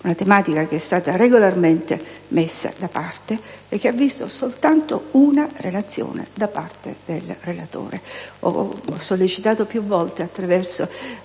Una tematica regolarmente messa da parte, e che ha visto soltanto una relazione da parte del relatore. Ho sollecitato una risposta più volte, attraverso